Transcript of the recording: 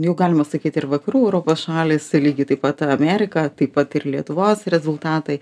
jau galima sakyt ir vakarų europos šalys lygiai taip pat amerika taip pat ir lietuvos rezultatai